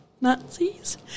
Nazis